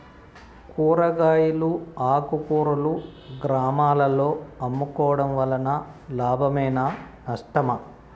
కూరగాయలు ఆకుకూరలు గ్రామాలలో అమ్ముకోవడం వలన లాభమేనా నష్టమా?